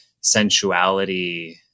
sensuality